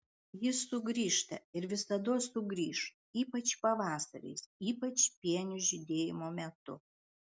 jis sugrįžta ir visados sugrįš ypač pavasariais ypač pienių žydėjimo metu